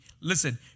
Listen